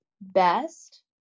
best